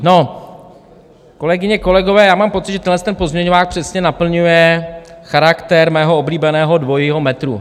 No, kolegyně kolegové, mám pocit, že tenhle pozměňovák přesně naplňuje charakter mého oblíbeného dvojího metru.